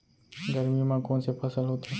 गरमी मा कोन से फसल होथे?